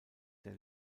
der